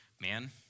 man